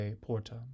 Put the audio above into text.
porta